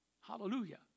Hallelujah